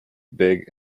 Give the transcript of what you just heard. big